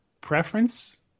preference